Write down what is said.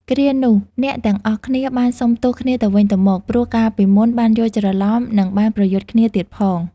គ្រានោះ អ្នកទាំងអស់គ្នាបានសុំទោសគ្នាទៅវិញទៅមក ព្រោះកាលពីមុនបានយល់ច្រឡំ នឹងបានប្រយុទ្ធគ្នាទៀតផង។